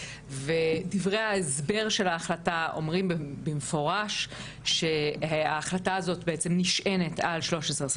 ודברי ההסבר של ההחלטה אומרים במפורש שההחלטה הזאת בעצם נשענת על 1325,